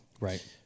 Right